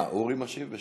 אה, אורי משיב בשם,